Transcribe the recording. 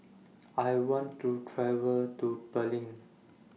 I want to travel to Berlin